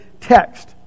text